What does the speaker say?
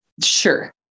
sure